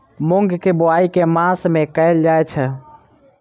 मूँग केँ बोवाई केँ मास मे कैल जाएँ छैय?